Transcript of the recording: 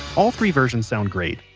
all three versions sound great,